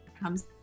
comes